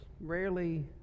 rarely